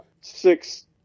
six